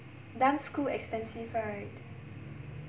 dance school expensive right